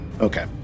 Okay